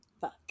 Fuck